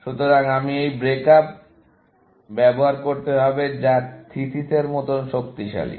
সুতরাং আমি এই ব্রেক আপ ব্যবহার করতে হবে যা থিসিসের মতো শক্তিশালী